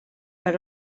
per